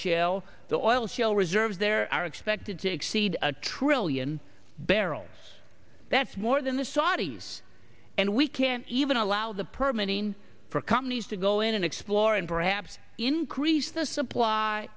shale the oil shale reserves there are expected to exceed a trillion barrels that's more than the saudis and we can't even allow the permit in for companies to go in and explore and perhaps increase the supply